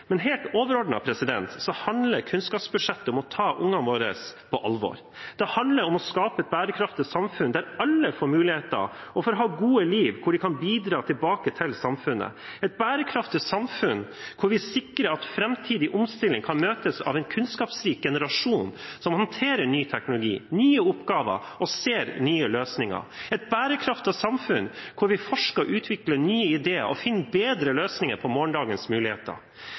men helt overordnet handler kunnskapsbudsjettet om å ta ungene våre på alvor. Det handler om å skape et bærekraftig samfunn der alle får muligheter og får gode liv der de kan bidra tilbake til samfunnet et bærekraftig samfunn hvor vi sikrer at framtidig omstilling kan møtes av en kunnskapsrik generasjon som håndterer ny teknologi og nye oppgaver og ser nye løsninger et bærekraftig samfunn hvor vi forsker og utvikler nye ideer og finner bedre løsninger på morgendagens muligheter